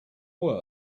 work